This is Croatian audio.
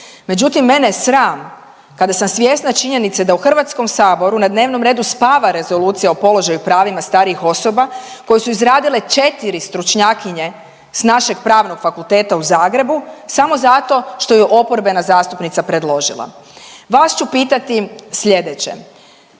Međutim, mene je sram kada sam svjesna činjenice da u HS-u na dnevnom redu spava rezolucija o položaju i pravima starijih osoba koje su izradile 4 stručnjakinje s našeg Pravnog fakulteta u Zagrebu samo zato što ju je oporbena zastupnica predložila. Vas ću pitati sljedeće,